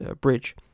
Bridge